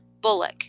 Bullock